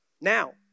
Now